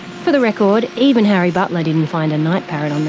for the record, even harry butler didn't find a night parrot on